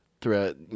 throughout